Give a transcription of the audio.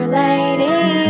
lady